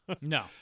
No